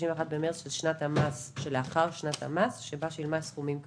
במרס של שנת המס שלאחר שנת המס שבה שילמה סכומים כאמור.